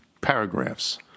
paragraphs